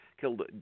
killed